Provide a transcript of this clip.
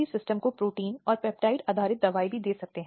हालाँकि संशोधन के बाद इन अपराधों को लाया गया